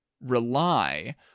rely